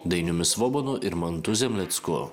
dainiumi svobonu ir mantu zemlecku